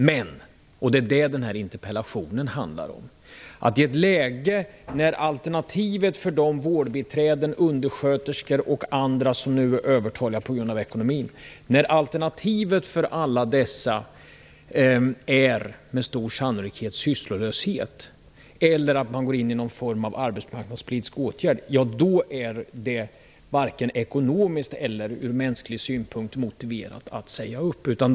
Men, och det är detta interpellationen handlar om, att i ett läge när alternativet med stor sannolikhet är sysslolöshet eller någon form av arbetsmarknadspolitisk åtgärd för de vårdbiträden, undersköterskor och andra som nu är övertaliga på grund av ekonomin, då är det varken från ekonomisk eller mänsklig synpunkt motiverat med uppsägningar.